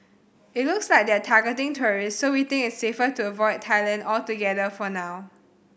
it looks like they're targeting tourists so we think it's safer to avoid Thailand altogether for now